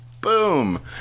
boom